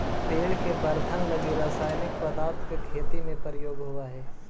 पेड़ के वर्धन लगी रसायनिक पदार्थ के खेती में प्रयोग होवऽ हई